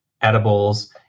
edibles